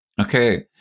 Okay